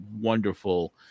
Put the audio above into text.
wonderful